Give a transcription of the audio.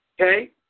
Okay